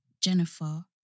Jennifer